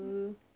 mm